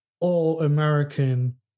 all-American